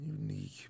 Unique